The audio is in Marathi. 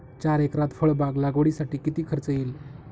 चार एकरात फळबाग लागवडीसाठी किती खर्च येईल?